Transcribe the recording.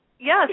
Yes